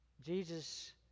Jesus